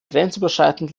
grenzüberschreitend